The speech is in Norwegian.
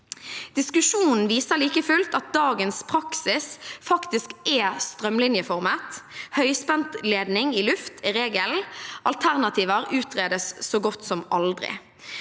Diskusjonen viser like fullt at dagens praksis faktisk er strømlinjeformet: Høyspentledning i luft er regelen, alternativer utredes så godt som aldri.